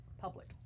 Public